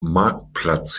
marktplatz